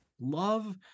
love